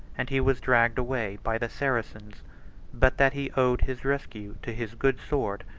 and he was dragged away by the saracens but that he owed his rescue to his good sword,